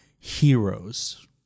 Heroes